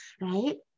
right